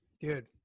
Dude